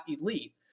elite